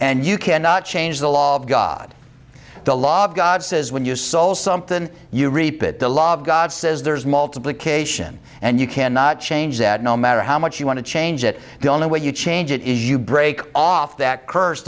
and you cannot change the law of god the law of god says when you soul something you reap it the law of god says there is multiplication and you cannot change that no matter how much you want to change it the only way you change it is you break off that curse